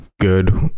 good